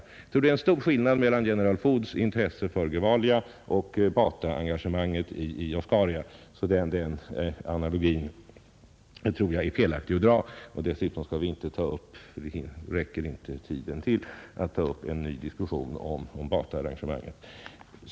Det är emellertid en stor skillnad mellan General Foods intresse för Gevalia och Bata-engagemanget i Oscaria, varför jag tror att det är felaktigt att dra den analogi som herr Måbrink gjorde — dessutom räcker tiden inte till för att ta upp en ny diskussion om Bata-fallet.